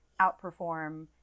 outperform